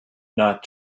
not